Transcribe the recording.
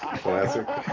classic